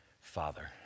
Father